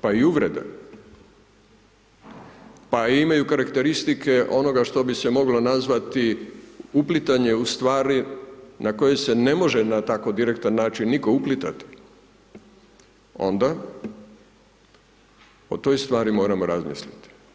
pa i uvrede, pa imaju karakteristike onoga što bi se moglo nazvati uplitanje u stvari, na koje s e ne može na tako direktan način nitko uplitati, onda o toj stvari moramo razmisliti.